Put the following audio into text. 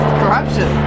corruption